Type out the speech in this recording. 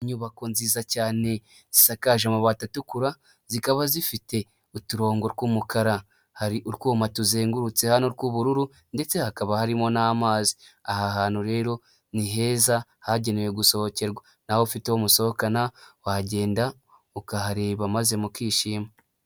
Inyubako nziza cyane zisakaje amabati atukura, zikaba zifite uturongo tw'umukara, hari utwuma tuzengurutse hano rw'ubururu ndetse hakaba harimo n'amazi, aha hantu rero ni heza hagenewe gusohokerwa, naweb ufite uwo musohokana wagenda ukahareba maze mukishima.